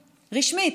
רשמית.